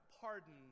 pardon